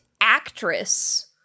actress